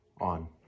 on